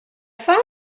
femme